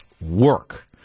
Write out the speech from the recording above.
work